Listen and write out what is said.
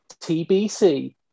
TBC